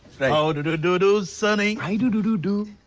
how do do do do sunny? i do do do do.